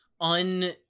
un